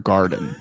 Garden